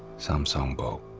saum song bo.